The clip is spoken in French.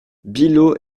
billaud